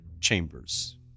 chambers